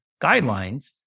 guidelines